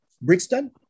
Brixton